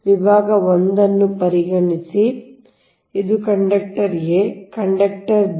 ಆದ್ದರಿಂದ ಇದು conductor a ಇದು ಕಂಡಕ್ಟರ್ b